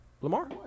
Lamar